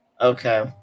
Okay